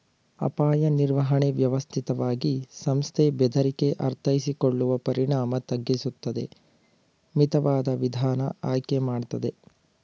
ಅಪಾಯ ನಿರ್ವಹಣೆ ವ್ಯವಸ್ಥಿತವಾಗಿ ಸಂಸ್ಥೆ ಬೆದರಿಕೆ ಅರ್ಥೈಸಿಕೊಳ್ಳುವ ಪರಿಣಾಮ ತಗ್ಗಿಸುತ್ತದೆ ಮಿತವಾದ ವಿಧಾನ ಆಯ್ಕೆ ಮಾಡ್ತದೆ